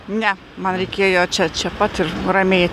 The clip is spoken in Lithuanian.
ne man reikėjo čia čia pat ir ramiai